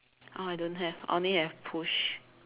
oh I don't have I only have push